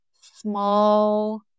small